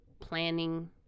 planning